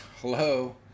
Hello